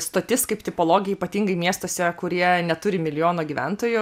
stotis kaip tipologija ypatingai miestuose kurie neturi milijono gyventojų